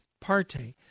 parte